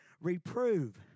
Reprove